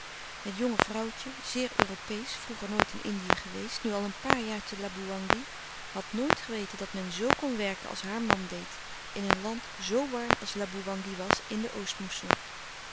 het jonge vrouwtje zeer europeesch vroeger nooit in indië geweest nu al een paar jaar te laboewangi had nooit geweten dat men zo kon werken als haar man deed in een land zoo warm als laboewangi was in de oostmousson